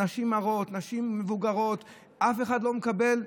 נשים הרות, נשים מבוגרות, אף אחד לא מקבל.